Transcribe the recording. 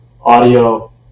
audio